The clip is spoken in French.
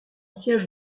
siège